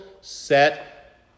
set